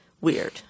Weird